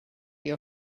your